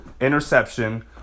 Interception